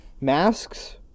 Masks